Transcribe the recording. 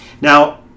Now